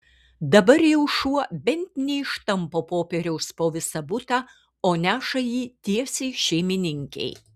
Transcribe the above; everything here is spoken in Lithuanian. dabar jau šuo bent neištampo popieriaus po visą butą o neša jį tiesiai šeimininkei